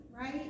right